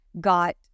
got